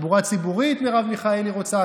תחבורה ציבורית מרב מיכאלי רוצה,